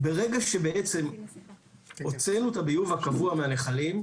ברגע שבעצם הוצאנו את הביוב הקבוע מהנחלים,